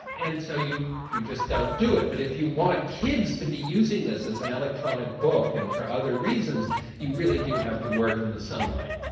and so you you just don't do it but if you wanted kids to be using this as an electronic book and for other reasons you really do have to work in the sunlight.